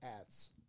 ads